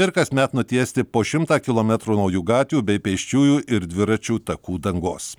ir kasmet nutiesti po šimtą kilometrų naujų gatvių bei pėsčiųjų ir dviračių takų dangos